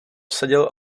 seděl